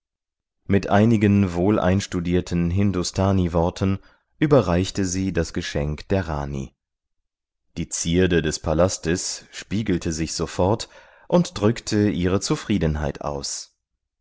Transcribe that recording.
mit einigen wohleinstudierten hindustani worten überreichte sie das geschenk der rani die zierde des palastes spiegelte sich sofort und drückte ihre zufriedenheit aus